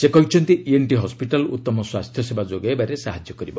ସେ କହିଛନ୍ତି ENT hospital ଉତ୍ତମ ସ୍ୱାସ୍ଥ୍ୟ ସେବା ଯୋଗାଇବାରେ ସାହାଯ୍ୟ କରିବ